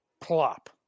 plop